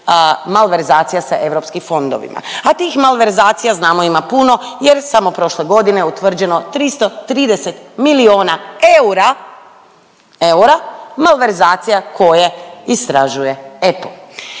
malverzacija sa europskim fondovima. A tih malverzacija znamo ima puno jer je samo prošle godine utvrđeno 330 milijuna eura, eura malverzacija koje istražuje EPO.